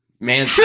Man